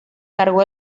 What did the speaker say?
cargo